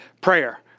prayer